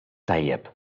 tajjeb